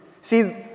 See